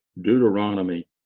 Deuteronomy